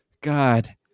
God